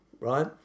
right